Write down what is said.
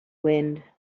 wind